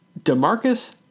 DeMarcus